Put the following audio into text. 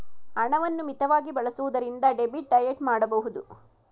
ಹಣವನ್ನು ಮಿತವಾಗಿ ಬಳಸುವುದರಿಂದ ಡೆಬಿಟ್ ಡಯಟ್ ಮಾಡಬಹುದು